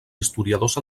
historiadors